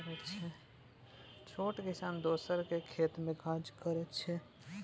छोट किसान दोसरक खेत मे काज करैत छै